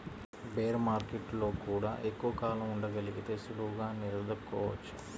bear మార్కెట్టులో గూడా ఎక్కువ కాలం ఉండగలిగితే సులువుగా నిలదొక్కుకోవచ్చు